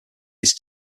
his